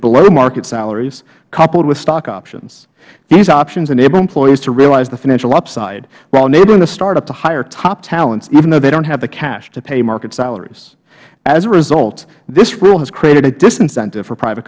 below market salaries coupled with stock options these options enable employees to realize the financial upside while enabling the startup to hire top talent even though they don't have the cash to pay market salaries as a result this rule has created a disincentive for private